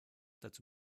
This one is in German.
dazu